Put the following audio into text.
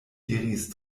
diris